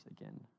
again